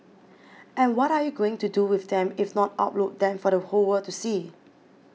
and what are you going to do with them if not upload them for the whole world to see